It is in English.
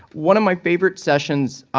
one of my favorite sessions